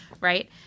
Right